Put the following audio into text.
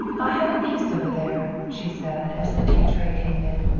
i have a niece over there, she said as the tea tray came in.